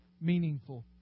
meaningful